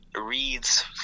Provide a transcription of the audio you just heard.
reads